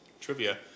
trivia